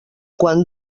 quan